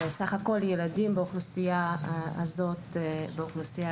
סך הכול ילדים באוכלוסייה הזאת באוכלוסייה